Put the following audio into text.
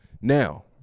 now